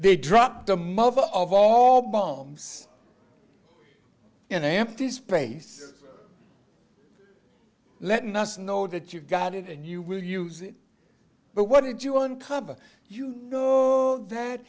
they drop the mother of all bombs in a empty space letting us know that you've got it and you will use it but what did you uncover you know that